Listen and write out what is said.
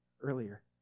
earlier